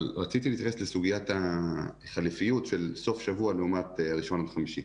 רציתי להתייחס לסוגיית החליפיות של סוף השבוע לעומדת ראשון-חמישי.